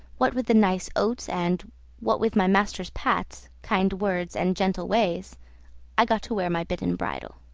what with the nice oats, and what with my master's pats, kind words, and gentle ways i got to wear my bit and bridle.